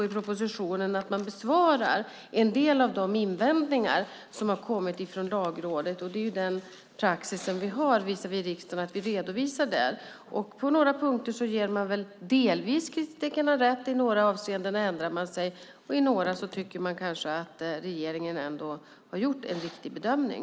I propositionen besvaras en del av de invändningar som har kommit från Lagrådet. Den praxis vi har visavi riksdagen är ju att vi redovisar där. På några punkter ger man väl delvis kritikerna rätt. I några avseenden ändrar man sig, och i några avseenden tycker man kanske att regeringen ändå har gjort en riktig bedömning.